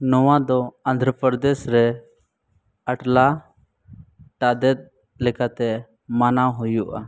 ᱱᱚᱣᱟ ᱫᱚ ᱚᱱᱫᱷᱨᱚ ᱯᱨᱚᱫᱮᱥ ᱨᱮ ᱟᱴᱞᱟ ᱴᱟᱫᱮᱛ ᱞᱮᱠᱟᱛᱮ ᱢᱟᱱᱟᱣ ᱦᱩᱭᱩᱜᱼᱟ